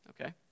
Okay